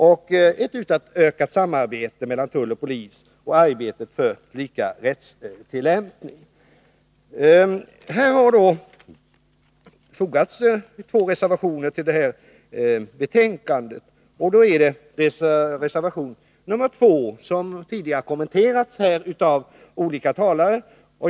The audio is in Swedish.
Vi har fått ett ökat samarbete mellan tull och polis och arbetar för lika rättstillämpning. Det har fogats två reservationer till betänkandet. Reservation nr 2 har tidigare kommenterats av olika talare.